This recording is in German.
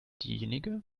diejenige